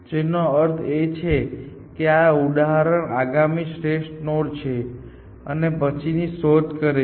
જેનો અર્થ એ છે કે તે આ ઉદાહરણમાં આગામી શ્રેષ્ઠ નોડ છે અને પછી તેની શોધ કરે છે